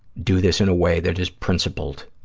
do this in a way that is principled